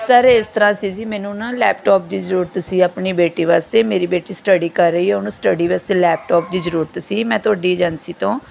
sir ਇਸ ਤਰ੍ਹਾਂ ਸੀ ਜੀ ਮੈਨੂੰ ਨਾ ਲੈਪਟੋਪ ਦੀ ਜ਼ਰੂਰਤ ਸੀ ਆਪਣੀ ਬੇਟੀ ਵਾਸਤੇ ਮੇਰੀ ਬੇਟੀ ਸਟਡੀ ਕਰ ਰਹੀ ਆ ਉਹਨੂੰ ਸਟਡੀ ਵਾਸਤੇ ਲੈਪਟੋਪ ਦੀ ਜ਼ਰੂਰਤ ਸੀ ਮੈਂ ਤੁਹਾਡੀ ਏਜੰਸੀ ਤੋਂ